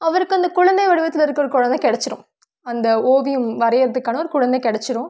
அவருக்கு அந்த குழந்தை வடிவத்தில் இருக்கிற கொழந்தை கெடைச்சிரும் அந்த ஓவியம் வரைகிறதுக்கான ஒரு குழந்தை கெடைச்சிரும்